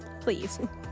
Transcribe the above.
please